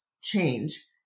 change